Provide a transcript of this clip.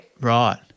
Right